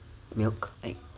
milk like